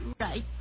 right